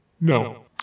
No